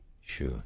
Sure